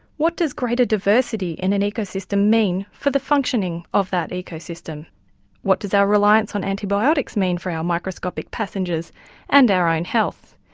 what does greater diversity in an ecosystem mean for the functioning of that ecosystem? and what does our reliance on antibiotics mean for our microscopic passengers and our own health?